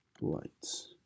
lights